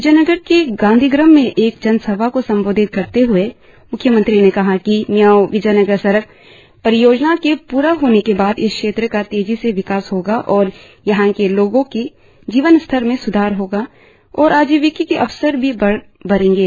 विजयनगर के गांधीग्राम में एक जनसभा को संबोधित करते हए म्ख्यमंत्री ने कहा कि मियाओं विजयनगर सड़क परियोजना के पूरा होने के बाद इस क्षेत्र का तेजी से विकास होगा और यहां के लोगों के जीवन स्तर में स्धार होगा और आजिविका के अवसर भी बढ़ेंगे